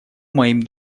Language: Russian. моим